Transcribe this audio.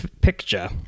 picture